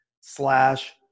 slash